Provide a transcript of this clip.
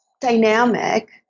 dynamic